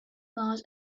mars